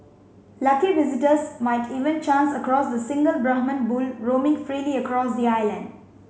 lucky visitors might even chance across the single Brahman bull roaming freely across the island